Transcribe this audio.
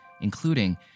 including